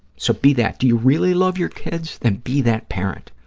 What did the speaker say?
so, be that. do you really love your kids? then be that parent.